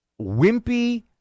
wimpy